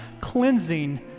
cleansing